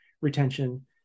Retention